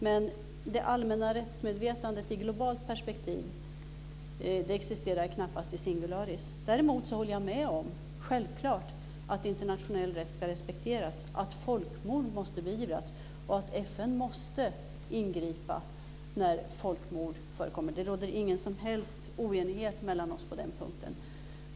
Men det allmänna rättsmedvetandet i ett globalt perspektiv existerar knappast i singularis. Däremot håller jag självklart med om att internationell rätt ska respekteras, att folkmord måste beivras och att FN måste ingripa när folkmord förekommer. Det råder ingen som helst oenighet mellan oss på den punkten.